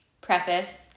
preface